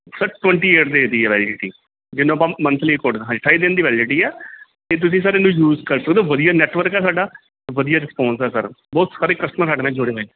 sir twenty eight days ਦੀ ਹੈ validity ਜਿਹਨੂੰ ਆਪਾਂ ਮੰਥਲੀ ਪੋਟ ਹਾਂਜੀ ਅਠਾਈ ਦਿਨ ਦੀ ਵੈਲਡੀਟੀ ਹੈ ਅਤੇ ਤੁਸੀਂ ਸਰ ਇਹਨੂੰ ਯੂਜ ਕਰ ਸਕਦੇ ਹੋ ਵਧੀਆ ਨੈਟਵਰਕ ਆ ਸਾਡਾ ਅਤੇ ਵਧੀਆ ਰਿਸਪਾਂਸ ਹੈ ਸਰ ਬਹੁਤ ਸਾਰੇ ਕਸਟਮਰ ਸਾਡੇ ਨਾਲ ਜੁੜੇ ਹੋਏ